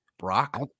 brock